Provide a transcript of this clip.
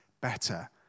better